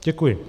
Děkuji.